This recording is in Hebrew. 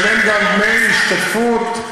משלם גם דמי השתתפות,